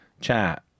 chat